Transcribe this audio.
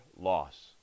loss